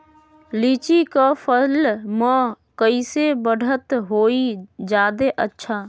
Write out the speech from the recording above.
लिचि क फल म कईसे बढ़त होई जादे अच्छा?